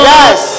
Yes